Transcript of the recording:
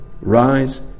Rise